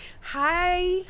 hi